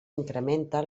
incrementa